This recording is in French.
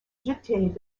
jetaient